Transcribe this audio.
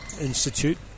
Institute